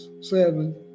seven